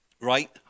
right